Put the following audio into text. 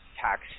tax